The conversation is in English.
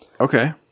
Okay